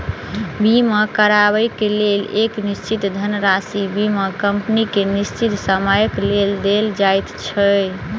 बीमा करयबाक लेल एक निश्चित धनराशि बीमा कम्पनी के निश्चित समयक लेल देल जाइत छै